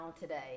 today